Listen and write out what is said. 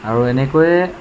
আৰু এনেকৈয়ে